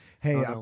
Hey